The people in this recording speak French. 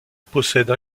possède